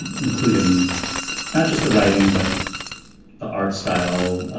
including not just the writing, but the art style.